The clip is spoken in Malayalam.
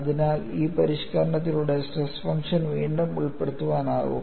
അതിനാൽ ഈ പരിഷ്ക്കരണത്തിലൂടെ സ്ട്രെസ് ഫംഗ്ഷനും വീണ്ടും ഉൾപ്പെടുത്താനാകും